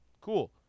Cool